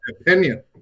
opinion